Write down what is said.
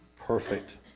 perfect